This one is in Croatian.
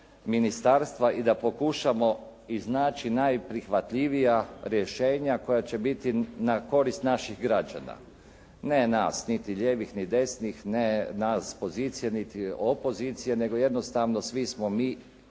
i da pokušamo iznaći najprihvatljivija rješenja koja će biti na korist naših građana, ne nas niti lijevih, ni desnih, ne nas pozicije niti opozicije, nego jednostavno svi smo mi